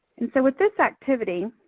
and so with this activity,